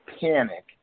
panic